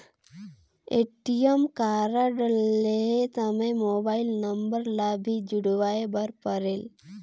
ATM card लहे समय mobile number ला भी जुड़वाए बर परेल?